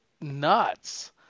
nuts